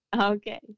Okay